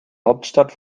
hauptstadt